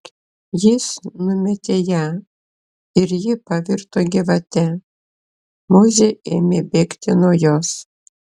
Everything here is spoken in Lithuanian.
jis numetė ją ir ji pavirto gyvate mozė ėmė bėgti nuo jos